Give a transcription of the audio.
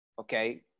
okay